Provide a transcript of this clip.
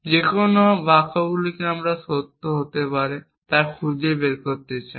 যে অন্য কোন বাক্যগুলো সত্য হতে পারে তা খুঁজে বের করতে চাই